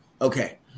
Okay